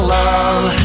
love